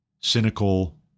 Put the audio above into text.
cynical